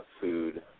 food